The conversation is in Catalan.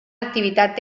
activitat